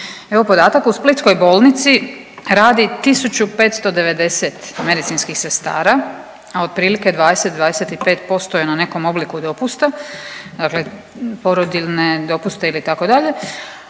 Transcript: Evo podatak u Splitskoj bolnici radi 1590 medicinskih sestara, a otprilike 20, 25% je na nekom obliku dopusta dakle porodiljne dopuste ili itd.